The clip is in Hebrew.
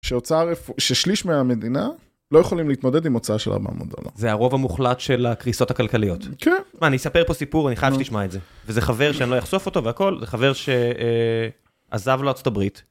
שהוצאה.. ששליש מהמדינה לא יכולים להתמודד עם הוצאה של ארבעה מאות דולר. זה הרוב המוחלט של הקריסות הכלכליות. כן. שמע, אני אספר פה סיפור, אני חייב שתשמע את זה. וזה חבר שאני לא אחשוף אותו והכול, זה חבר שעזב לארצות הברית.